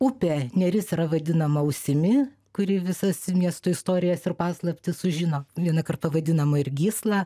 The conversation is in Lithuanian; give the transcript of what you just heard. upė neris yra vadinama ausimi kuri visas miesto istorijas ir paslaptis sužino vienąkart pavadinama ir gysla